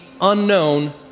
unknown